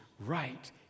right